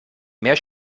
mehr